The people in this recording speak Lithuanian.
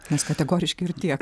mes kategoriški ir tiek